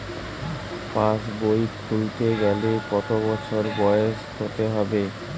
পাশবই খুলতে গেলে কত বছর বয়স হতে হবে?